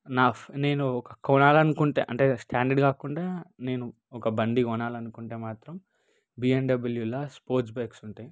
నా నేను ఒక కొనాలనుకుంటే అంటే స్టాండర్డ్ కాకుండా నేను ఒక బండి కొనాలనుకుంటే మాత్రం బీఎండబ్ల్యూలో స్పోర్ట్స్ బైక్స్ ఉంటాయి